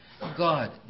God